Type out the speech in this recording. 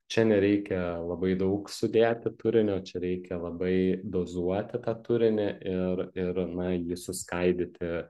čia nereikia labai daug sudėti turinio čia reikia labai dozuoti tą turinį ir ir na jį suskaidyti